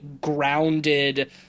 grounded